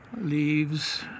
leaves